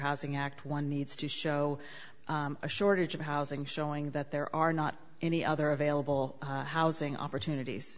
housing act one needs to show a shortage of housing showing that there are not any other available housing opportunities